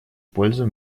пользу